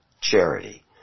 charity